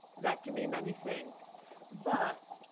that can be many things but,